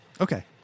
Okay